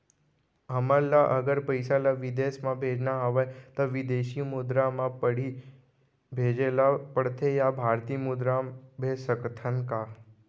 हमन ला अगर पइसा ला विदेश म भेजना हवय त विदेशी मुद्रा म पड़ही भेजे ला पड़थे या भारतीय मुद्रा भेज सकथन का?